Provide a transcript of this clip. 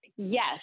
Yes